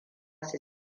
su